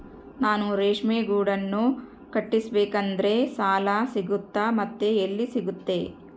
ನಾನು ರೇಷ್ಮೆ ಗೂಡನ್ನು ಕಟ್ಟಿಸ್ಬೇಕಂದ್ರೆ ಸಾಲ ಸಿಗುತ್ತಾ ಮತ್ತೆ ಎಲ್ಲಿ ಸಿಗುತ್ತೆ?